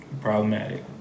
Problematic